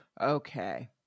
Okay